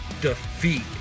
defeat